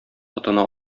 атына